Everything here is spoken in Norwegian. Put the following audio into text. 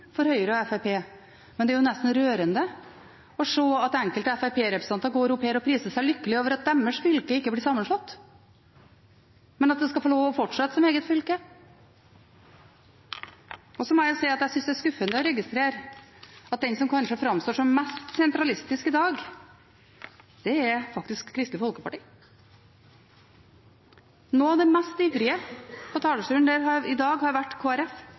for Høyre og Fremskrittspartiet, men det er nesten rørende å se at enkelte fremskrittspartirepresentanter går opp hit og priser seg lykkelig over at deres fylke ikke blir sammenslått, men at det skal få lov til å fortsette som eget fylke. Jeg må også si at jeg synes det er skuffende å registrere at den som kanskje framstår som mest sentralistisk i dag, faktisk er Kristelig Folkeparti. De har vært en av de mest ivrige på talerstolen i dag,